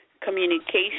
communication